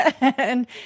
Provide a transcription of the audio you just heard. And-